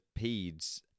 peds